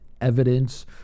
evidence